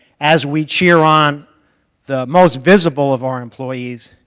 as we cheer on the most visible of our employees,